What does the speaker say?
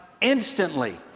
instantly